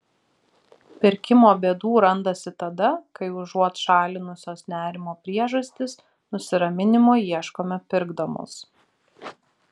pirkimo bėdų randasi tada kai užuot šalinusios nerimo priežastis nusiraminimo ieškome pirkdamos